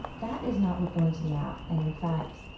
that is not what burns me out. and in fact,